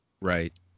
right